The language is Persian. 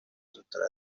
زودتر